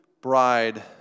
bride